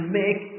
make